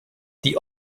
die